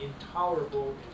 intolerable